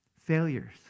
failures